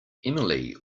emily